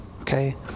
Okay